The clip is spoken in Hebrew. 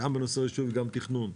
גם בנושא רישוי וגם בתכנון.